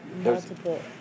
multiple